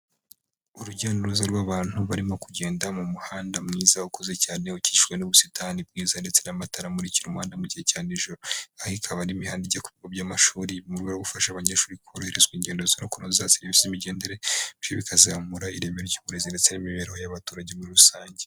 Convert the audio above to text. Urujya n'uruza rw'abantu barimo kugenda mu muhanda mwiza, ukuze cyane ukikijwe n'ubusitani bwiza ndetse n'amatara amurikira uwo muhanda mu gihe cya nijoro, aha ikaba ari imihanda ijya mu bigo by'amashuri, mu buryo bwo gufasha abanyeshuri koroherezwa ingendo zo kunoza serivisi z'imimigendere, ibi bikazamura ireme ry'uburezi ndetse n'imibereho y'abaturage muri rusange.